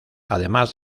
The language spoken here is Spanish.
además